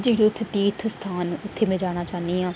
की के उत्थै तीर्थ स्थान न उत्थै में जाना चाह्न्नी आं